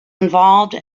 involved